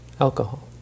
Alcohol